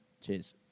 Cheers